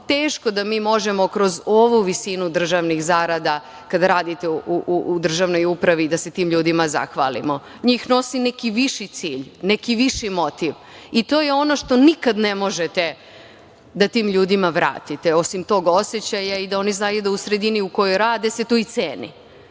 teško da mi možemo kroz ovu visinu državnih zarada kada radite u državnoj upravi da se tim ljudima zahvalimo. Njih nosi neki viši cilj, neki viši motiv. I to je ono što nikad ne možete da tim ljudima vratite, osim tog osećaja i da oni znaju da u sredini u kojoj rade se to i ceni,